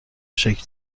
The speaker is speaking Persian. شکل